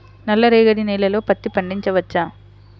నల్ల రేగడి నేలలో పత్తి పండించవచ్చా?